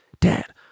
dad